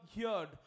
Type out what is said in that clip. heard